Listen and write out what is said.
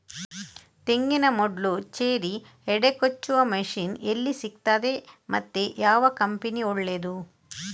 ತೆಂಗಿನ ಮೊಡ್ಲು, ಚೇರಿ, ಹೆಡೆ ಕೊಚ್ಚುವ ಮಷೀನ್ ಎಲ್ಲಿ ಸಿಕ್ತಾದೆ ಮತ್ತೆ ಯಾವ ಕಂಪನಿ ಒಳ್ಳೆದು?